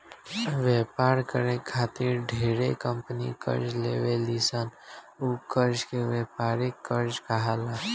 व्यापार करे खातिर ढेरे कंपनी कर्जा लेवे ली सन उ कर्जा के व्यापारिक कर्जा कहाला